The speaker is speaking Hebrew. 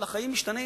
אבל החיים משתנים,